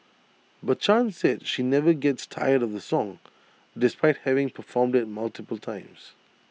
but chan said she never gets tired of the song despite having performed IT multiple times